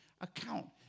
account